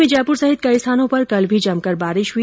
प्रदेश में जयपुर सहित कई स्थानों पर कल भी जमकर बारिश हुई